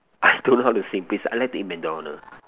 I don't know how to sing please I like to eat MacDonald